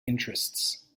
interests